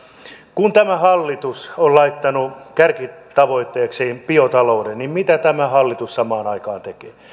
kun tämä hallitus on laittanut kärkitavoitteekseen biotalouden niin mitä tämä hallitus samaan aikaan tekee